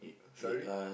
sorry